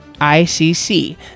ICC